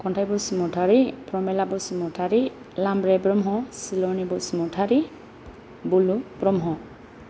खन्थाइ बसुमतारि प्रमेला बसुमतारि लाम्ब्रे ब्रह्म सिल'नि बसुमतारि बुलु ब्रह्म